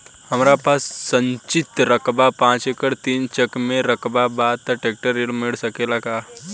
हमरा पास सिंचित रकबा पांच एकड़ तीन चक में रकबा बा त ट्रेक्टर ऋण मिल सकेला का?